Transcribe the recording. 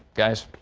guys.